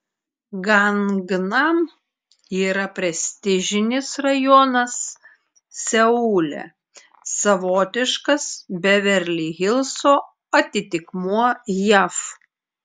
gangnam yra prestižinis rajonas seule savotiškas beverli hilso atitikmuo jav